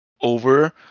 over